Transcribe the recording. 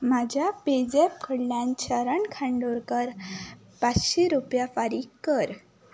म्हज्या पेझॅप कडल्यान शरण कांदोळकार पांचशी रुपया फारीक कर